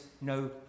no